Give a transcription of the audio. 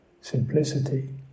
simplicity